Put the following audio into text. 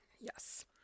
yes